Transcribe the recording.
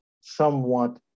somewhat